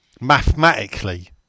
mathematically